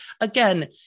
again